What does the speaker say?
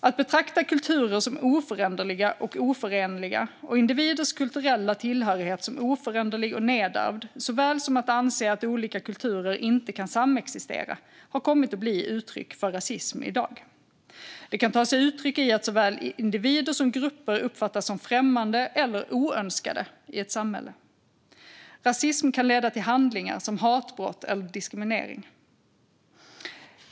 Att betrakta kulturer som oföränderliga och oförenliga och individers kulturella tillhörighet som oföränderlig och nedärvd såväl som att anse att olika kulturer inte kan samexistera har kommit att bli uttryck för rasism i dag. Det kan ta sig uttryck i att såväl individer som grupper uppfattas som främmande eller oönskade i ett samhälle. Rasism kan leda till handlingar som hatbrott eller diskriminering.